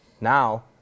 Now